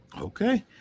Okay